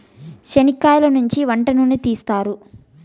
చనిక్కయలనుంచి వంట నూనెను తీస్తారు